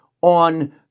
on